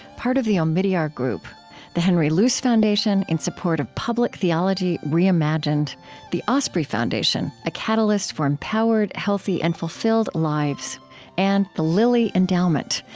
part of the omidyar group the henry luce foundation, in support of public theology reimagined the osprey foundation, a catalyst for empowered, healthy, and fulfilled lives and the lilly endowment,